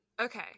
Okay